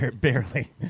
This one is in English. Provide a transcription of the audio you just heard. barely